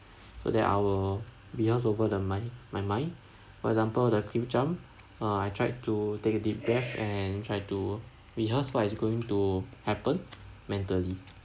so that I will rehearse over the mind my mind for example the cliff jump uh I tried to take a deep breath and try to rehearse what is going to happen mentally